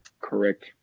Correct